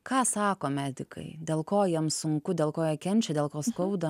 ką sako medikai dėl ko jiem sunku dėl ko jie kenčia dėl ko skauda